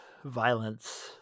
violence